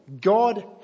God